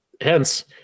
hence